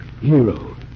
Hero